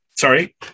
Sorry